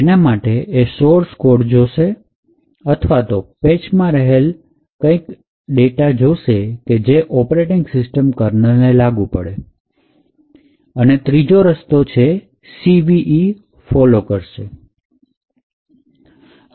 એના માટે એ સોર્સ કોડ ને જોશે અથવા તો પેચ માં રહેલ કંઈ જોશે કે જે ઓપરેટીંગ સિસ્ટમ કર્નલને લાગુ પડે અને ત્રીજો રસ્તો છે કે તે CVE ફોલો કરશે